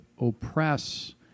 oppress